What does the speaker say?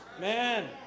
Man